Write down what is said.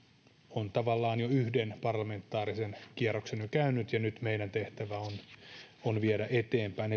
on tavallaan jo yhden parlamentaarisen kierroksen käynyt ja nyt meidän tehtävämme on viedä eteenpäin